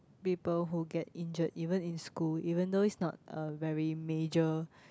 people who get injured even in school even though it's not a very major